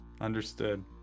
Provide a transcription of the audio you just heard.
Understood